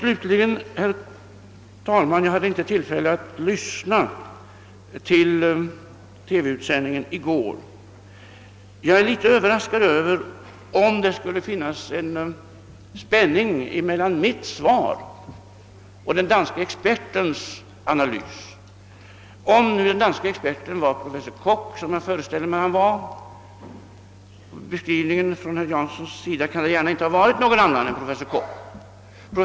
Slutligen vill jag anföra att jag inte hade tillfälle att se på TV utsändningen i går. Jag är litet överraskad över om det skulle finnas en spänning mellan mitt svar och den danske expertens analys, om nu den danske experten var professor Koch, vilket jag föreställer mig. Enligt herr Janssons beskrivning kan det inte gärna ha varit någon annan än professor Koch.